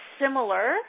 similar